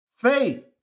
Faith